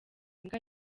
imbwa